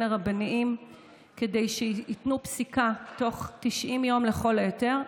הרבניים כדי שייתנו פסיקה תוך 90 יום לכל היותר,